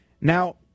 Now